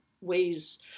ways